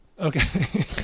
Okay